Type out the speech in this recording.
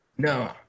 No